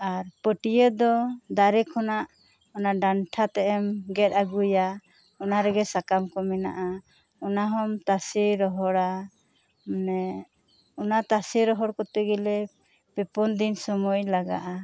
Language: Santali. ᱟᱨ ᱯᱟᱹᱴᱤᱭᱟᱹ ᱫᱚ ᱫᱟᱨᱮ ᱠᱷᱚᱱᱟᱜ ᱚᱱᱟ ᱰᱟᱱᱴᱷᱟ ᱛᱮᱫ ᱮᱢ ᱜᱮᱫ ᱟᱹᱜᱩᱭᱟ ᱚᱱᱟ ᱨᱮᱜᱮ ᱥᱟᱠᱟᱢ ᱠᱚ ᱢᱮᱱᱟᱜ ᱟ ᱚᱱᱟ ᱦᱚᱸᱢ ᱛᱟᱥᱮ ᱨᱚᱦᱚᱲᱟ ᱢᱟᱱᱮ ᱚᱱᱟ ᱛᱟᱥᱮ ᱨᱚᱦᱚᱲ ᱠᱟᱛᱮᱜ ᱜᱮᱞᱮ ᱯᱮ ᱯᱩᱱ ᱫᱤᱱ ᱥᱚᱢᱚᱭ ᱞᱟᱜᱟᱜᱼᱟ